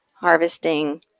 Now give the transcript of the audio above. harvesting